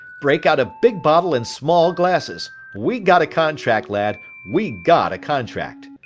break out a big bottle and small glasses! we got a contract, lad, we got a contract!